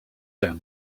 down